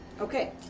Okay